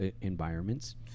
environments